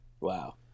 Wow